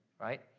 right